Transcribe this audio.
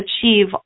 achieve